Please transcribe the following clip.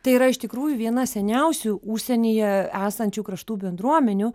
tai yra iš tikrųjų viena seniausių užsienyje esančių kraštų bendruomenių